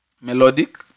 melodic